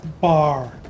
bar